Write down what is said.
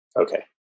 Okay